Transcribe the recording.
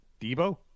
Debo